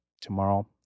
tomorrow